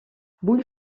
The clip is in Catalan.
vull